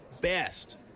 best